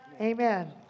Amen